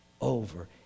over